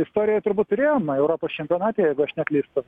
istorijoj turbūt turėjom europos čempionate jeigu aš neklystu